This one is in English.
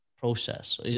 process